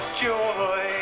joy